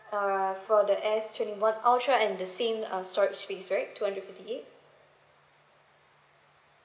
uh for the S twenty one ultra and the same uh storage space right two hundred fifty eight